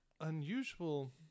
unusual